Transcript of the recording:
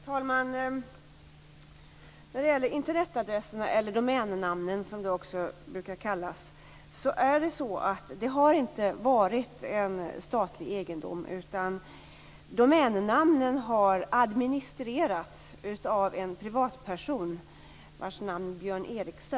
Herr talman! Internetadresserna eller domännamnen, som de också brukar kallas, har inte varit någon statlig egendom. Domännamnen har administrerats av en privatperson vars namn är Björn Eriksen.